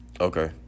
Okay